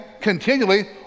continually